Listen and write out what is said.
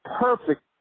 perfect